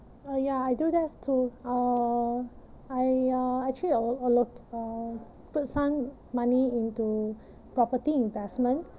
uh yeah I do that too uh I uh actually I allo~ uh put some money into property investment